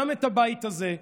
גם את הבית הזה,